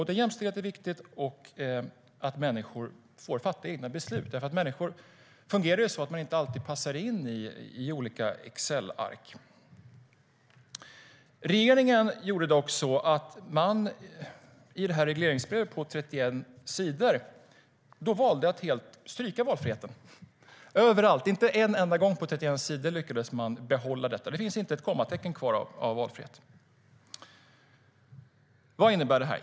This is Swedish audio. Det är viktigt både med jämställdhet och att människor får fatta egna beslut - människor passar nämligen inte alltid in i olika Excelark.Vad innebär det?